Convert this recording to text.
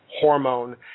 hormone